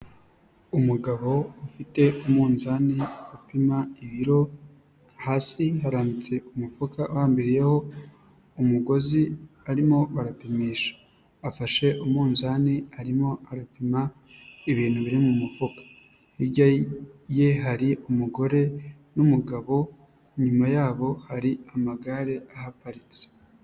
Umugabo ufite umunzani upima ibiro, hasi harambitse umufuka uhambiriyeho umugozi barimo barapimisha, afashe umunzani arimo arapima ibintu biri mu mufuka hirya ye hari umugore n'umugabo, inyuma yabo hari amagare ahaparitse.